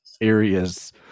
areas